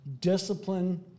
Discipline